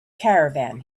caravan